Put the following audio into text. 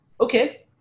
okay